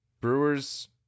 Brewers